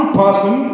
person